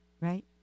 right